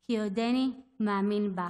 / כי עודני מאמין בך."